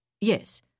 Yes